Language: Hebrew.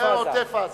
זה עוטף-עזה.